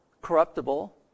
corruptible